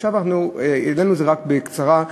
עכשיו, העלינו את זה רק בקצרה,